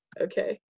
okay